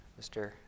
Mr